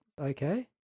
Okay